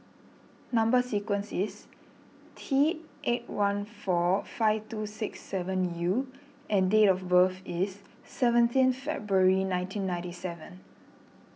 Number Sequence is T eight one four five two six seven U and date of birth is seventeenth February nineteen ninety seven